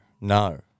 no